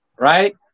right